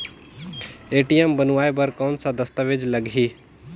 ATM बनवाय बर कौन का दस्तावेज लगही?